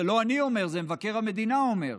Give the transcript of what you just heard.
זה לא אני אומר, זה מבקר המדינה אומר.